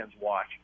watch